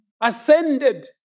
ascended